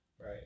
right